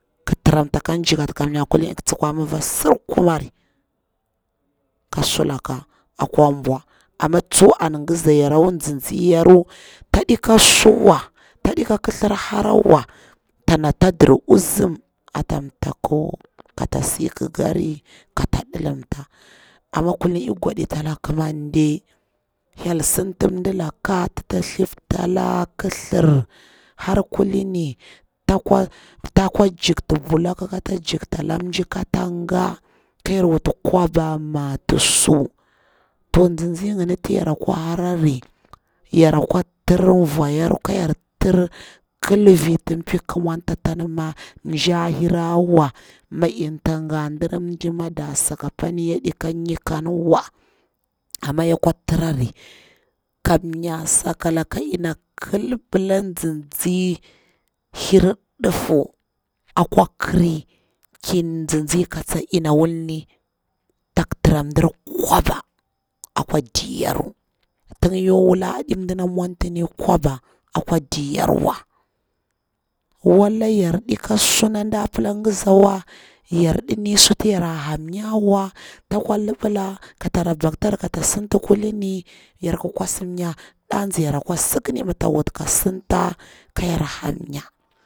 Ƙa taramta ka nga ji kata ƙa tsukwa mafa surkumari ka sulaka akwa mbwa. Amma tsu an yaru, yara kwa nzin zi yaru, tsaɗika suwa, ta ɗikwa ƙathra wa ta na ta dar usum ata thaku ka ta si ƙakari. Kata ɗilamta amma kulini ikwa gwaɗita ala hyel ƙamande. Hyel sinta nda laka tu ta thabtala ƙathar har kulini ta kwa, jiktu block ka ta jiktala mji ka tangaka yar wuta ƙwaba matu su, to nzinzi nga ni ta yara kwa harari, yara kwa thar vu yaru, kayar thar ƙal vitu piku ƙa munta, kam nya mji ɗe hirari wa, mi in ta ga ndirar mji da saka pani, yaɗi ka nikan wa, amma ya kwa tarari kamyar sakalaka, inna kalɓela nzinzi hir ɗufu akwa ƙari, ki nzinzi katsa inna wulani ƙa tara ndar kwaba akwa di yaru, tun ya kwa wulari aɗi ndana muntini kwaba a kwa diyarwa, wala yar ɗika su natu nda pala ngazawa, yara ɗi ni sutu yara ham nyawa, wala ka pila ka tara baratali kata sinta kulini, yar kwa sinya, ɗa zi yara kwa siƙari ma takwa wu ta ka santa kaya han nya.